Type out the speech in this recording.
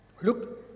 look